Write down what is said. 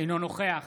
אינו נוכח